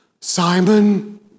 Simon